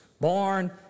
born